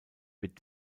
wird